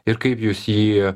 ir kaip jūs jį